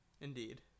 Indeed